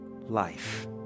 life